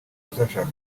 uzashaka